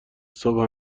صبح